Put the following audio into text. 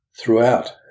Throughout